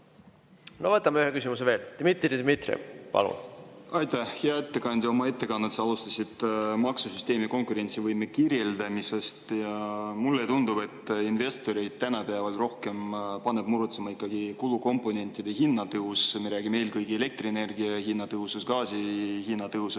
No võtame ühe küsimuse veel. Dmitri Dmitrijev, palun! Aitäh! Hea ettekandja! Oma ettekannet sa alustasid maksusüsteemi konkurentsivõime kirjeldamisest. Mulle tundub, et investoreid paneb tänapäeval rohkem muretsema ikkagi kulukomponentide hinna tõus: eelkõige elektrienergia hinna tõus, gaasi hinna tõus